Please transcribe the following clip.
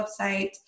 website